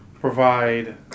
provide